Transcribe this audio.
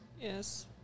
yes